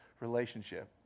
relationship